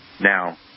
Now